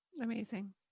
amazing